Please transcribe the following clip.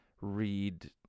read